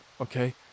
okay